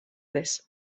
this